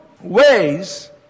ways